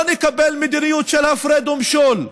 לא נקבל מדיניות של הפרד ומשול,